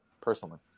personally